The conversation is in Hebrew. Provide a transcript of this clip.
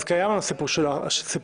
אז קיים הסיפור של ההחלמה.